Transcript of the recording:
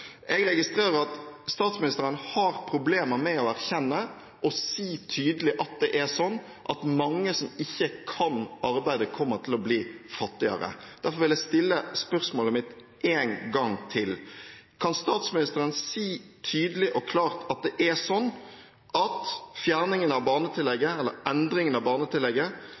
Jeg registrerer at statsministeren har problemer med å erkjenne og si tydelig at det er sånn at mange som ikke kan arbeide, kommer til å bli fattigere. Derfor vil jeg stille spørsmålet mitt én gang til: Kan statsministeren si tydelig og klart at det er sånn at fjerningen – eller endringen – av barnetillegget